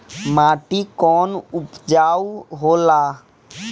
माटी कौन उपजाऊ होला?